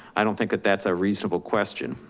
i don't think that that's a reasonable question.